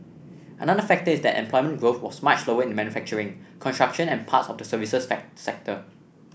another factor is that employment growth was much slower in manufacturing construction and parts of the services sector